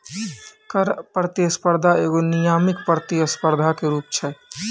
कर प्रतिस्पर्धा एगो नियामक प्रतिस्पर्धा के रूप छै